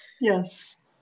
Yes